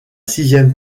sixième